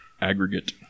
Aggregate